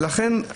ולכן,